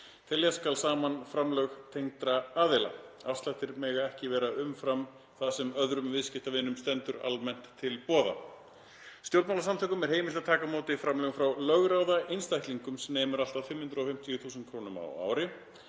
Telja skal saman framlög tengdra aðila. Afslættir mega ekki vera umfram það sem öðrum viðskiptavinum stendur almennt til boða.“ Stjórnmálasamtökum er heimilt að taka á móti framlögum frá lögráða einstaklingum sem nemur allt að 550.000 kr. á ári.